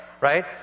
Right